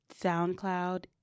SoundCloud